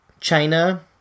china